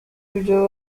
ibyo